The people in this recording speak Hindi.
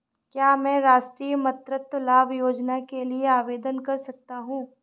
क्या मैं राष्ट्रीय मातृत्व लाभ योजना के लिए आवेदन कर सकता हूँ?